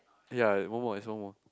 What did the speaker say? ya one more there's one more